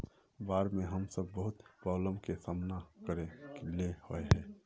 बाढ में हम सब बहुत प्रॉब्लम के सामना करे ले होय है?